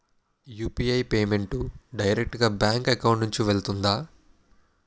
UPI payment direct గా bank account నుంచి వెళ్తుందా?